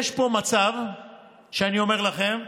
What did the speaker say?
אני אומר לכם,